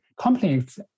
complex